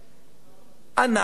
אנחנו עבדנו,